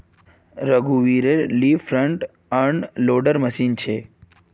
रघुवीरेल ली front end loader machine छेक